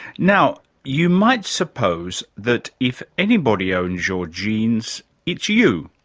now, you might suppose that if anybody owns your genes it's you,